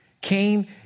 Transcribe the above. came